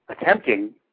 attempting